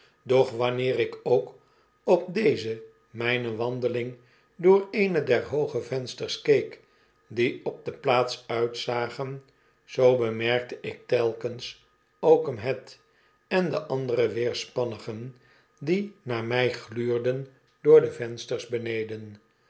doch wanneer ik ook op deze mijne wandeling door een der hooge vensters keek die op do plaats uitzagen zoo bemerkte ik telkens oakum head en de andere wecrspannigen die naar mij gluurden door de vensters beneden